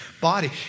body